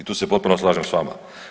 I tu se potpuno slažem sa vama.